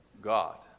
God